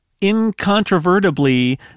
incontrovertibly